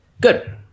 Good